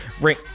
ring